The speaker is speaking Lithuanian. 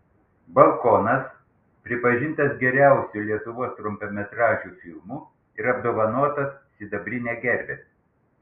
balkonas pripažintas geriausiu lietuvos trumpametražiu filmu ir apdovanotas sidabrine gerve